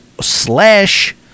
slash